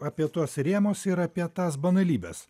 apie tuos rėmus ir apie tas banalybes